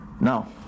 Now